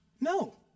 No